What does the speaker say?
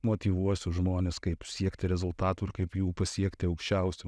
motyvuosi žmones kaip siekti rezultatų ir kaip jų pasiekti aukščiausių